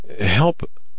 Help